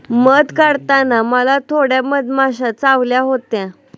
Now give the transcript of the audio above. मध काढताना मला थोड्या मधमाश्या चावल्या होत्या